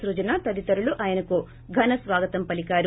స్పజన తదితరులు ఆయనకు ఘన స్వాగతం పలికారు